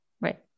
Right